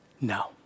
No